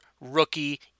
rookie